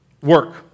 work